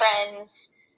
friends